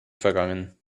vergangen